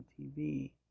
TV